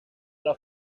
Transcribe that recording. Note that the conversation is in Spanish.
los